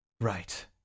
Right